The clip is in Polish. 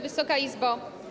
Wysoka Izbo!